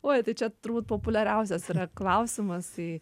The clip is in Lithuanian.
oi tai čia turbūt populiariausias yra klausimas tai